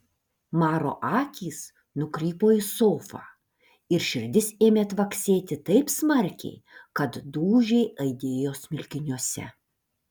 maro akys nukrypo į sofą ir širdis ėmė tvaksėti taip smarkiai kad dūžiai aidėjo smilkiniuose